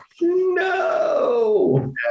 no